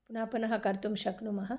पुनः पुनः कर्तुं शक्नुमः